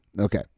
Okay